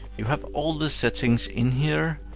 you have all the settings in here,